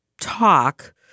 talk